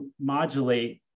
modulate